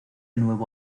nuevo